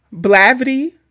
Blavity